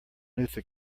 luther